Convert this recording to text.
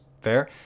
Fair